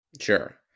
Sure